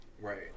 Right